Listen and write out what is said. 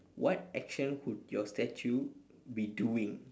what action would your statue be doing